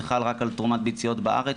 זה חל רק על תרומת ביציות בארץ,